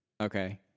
Okay